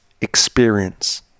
experience